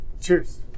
Cheers